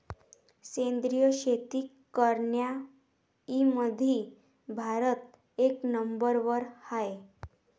सेंद्रिय शेती करनाऱ्याईमंधी भारत एक नंबरवर हाय